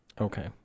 Okay